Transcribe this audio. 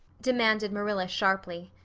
demanded marilla sharply.